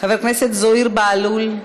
חבר הכנסת זוהיר בהלול,